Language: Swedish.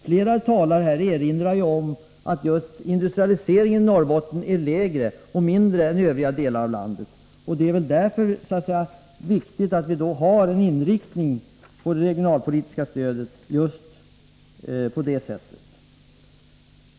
Fler talare har erinrat om att industrialiseringen är mindre i Norrbotten än i övriga områden av landet — därför är det viktigt att inrikta det regionalpolitiska stödet på just de delarna!